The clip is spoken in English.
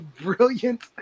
brilliant